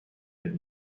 but